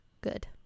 Good